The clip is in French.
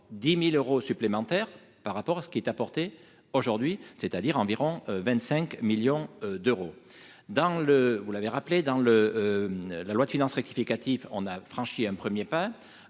mille euros supplémentaires par rapport à ce qui est apportée aujourd'hui, c'est-à-dire environ 25 millions d'euros dans le, vous l'avez rappelé dans le la loi de finances rectificative on a franchi un 1er pas